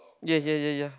yea yea yea yea